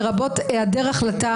לרבות היעדר החלטה,